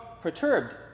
perturbed